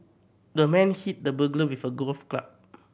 the man hit the burglar with a golf club